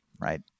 right